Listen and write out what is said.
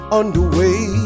underway